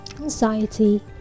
anxiety